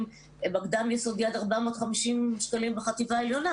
בקדם יסודי עד 450 שקלים בחטיבה העליונה,